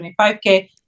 25k